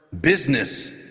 business